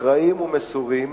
אחראיים ומסורים,